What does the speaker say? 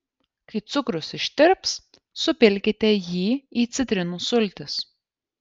kai cukrus ištirps supilkite jį į citrinų sultis